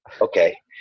okay